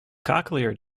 cochlear